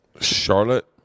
Charlotte